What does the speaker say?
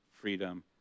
freedom